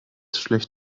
schlecht